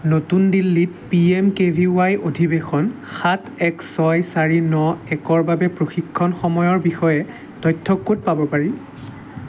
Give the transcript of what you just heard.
নতুন দিল্লীত P M K V Y অধিবেশন সাত এক ছয় চাৰি ন একৰ বাবে প্ৰশিক্ষণ সময়ৰ বিষয়ে তথ্য ক'ত পাব পাৰি